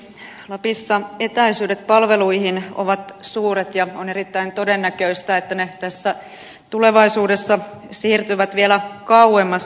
lapissa etäisyydet palveluihin ovat suuret ja on erittäin todennäköistä että ne tässä tulevaisuudessa siirtyvät vielä kauemmas asukkaista